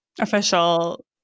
Official